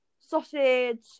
sausage